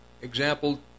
Example